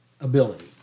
ability